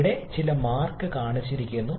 ഇവിടെ ചില മാർക്ക് കാണിച്ചിരിക്കുന്നു